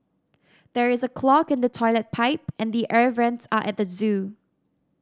there is a clog in the toilet pipe and the air vents are at the zoo